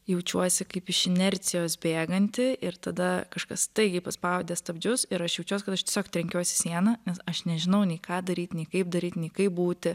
jaučiuosi kaip iš inercijos bėganti ir tada kažkas staigiai paspaudė stabdžius ir aš jaučiuos kad aš tiesiog trenkiuos į sieną nes aš nežinau nei ką daryt nei kaip daryt nei kaip būti